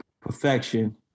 perfection